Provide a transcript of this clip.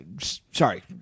Sorry